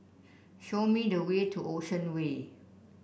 show me the way to Ocean Way